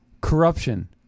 corruption